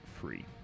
free